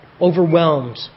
overwhelmed